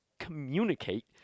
Communicate